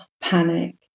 panic